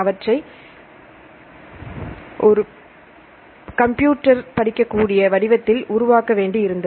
அவற்றை கம்ப்யூட்டர் படிக்க கூடிய வடிவத்தில் உருவாக்க வேண்டி இருந்தது